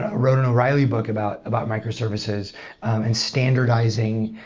wrote an o'reilly book about about microservices and standardizing